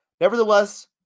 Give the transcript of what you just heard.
Nevertheless